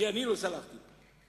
כי אני לא סלחתי לו.